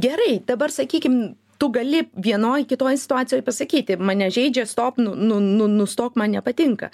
gerai dabar sakykim tu gali vienoj kitoj situacijoj pasakyti mane žeidžia stop nu nu nu nustok man nepatinka